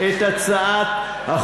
מחברי הכנסת לדחות את הצעת החוק.